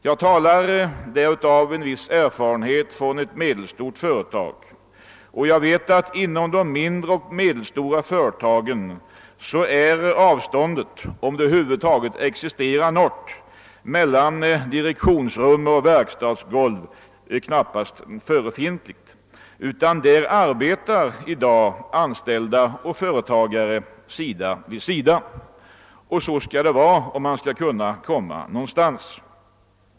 Här talar jag med erfarenhet från ett medelstort företag, och jag vet att inom de mindre och medelstora företagen är avståndet — om det över huvud taget existerar — mellan direktionsrum och verkstadsgoliv mycket litet. Där arbetar anställda och företagare sida vid sida. Och så skall det vara om man skall komma någonstans.